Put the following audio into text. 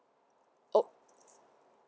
[opp]